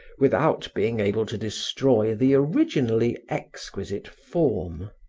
without being able to destroy the originally exquisite form.